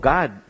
God